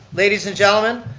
ladies and gentlemen,